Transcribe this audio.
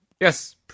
Yes